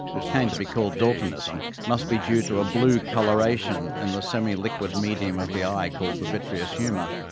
which came to be called daltonism, must be due to a blue colouration in and the semi-liquid medium of the eye called the vitreous humour.